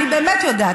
אני באמת יודעת.